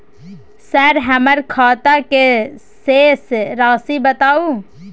Sir हमर खाता के शेस राशि बताउ?